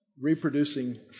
Reproducing